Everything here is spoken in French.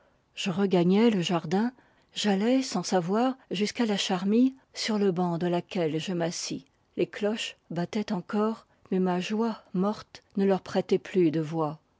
je regagnai le jardin j'allai sans savoir jusqu'à la charmille sur le banc de laquelle je m'assis les cloches battaient encore mais ma joie morte ne leur prêtait plus de voix